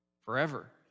forever